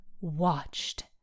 watched